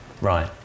Right